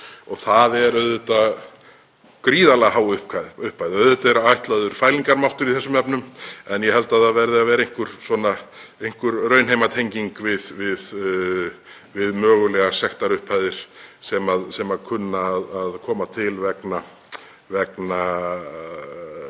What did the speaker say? Það er gríðarlega há upphæð. Auðvitað er ætlaður fælingarmáttur í þessum efnum en ég held að það verði að vera einhver raunheimatenging við mögulegar sektarupphæðir sem kunna að koma til vegna